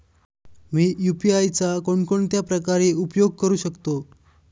मी UPI चा कोणकोणत्या प्रकारे उपयोग करू शकतो?